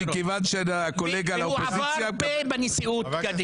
מכיוון שאתה קולגה לאופוזיציה --- הוא עבר בנשיאות כדין.